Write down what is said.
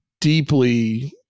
deeply